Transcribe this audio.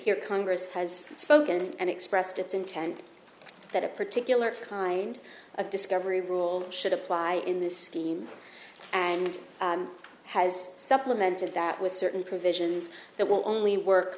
here congress has spoken and expressed its intent that a particular kind of discovery rule should apply in this scheme and has supplemented that with certain provisions so it will only work